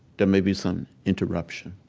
there may be some interruption.